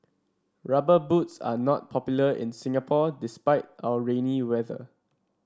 rubber boots are not popular in Singapore despite our rainy weather